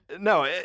no